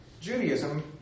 Judaism